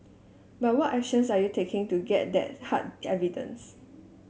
but what actions are you taking to get that hard evidence